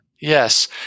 Yes